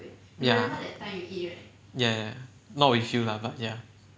ya ya ya not with you lah but ya